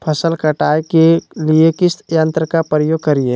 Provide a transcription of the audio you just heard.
फसल कटाई के लिए किस यंत्र का प्रयोग करिये?